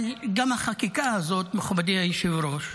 אבל גם החקיקה הזאת, מכובדי היושב-ראש,